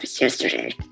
yesterday